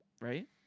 Right